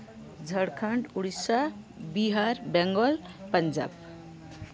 Jharkhand Odisha Bihar Bengal Punjab